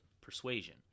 persuasion